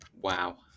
Wow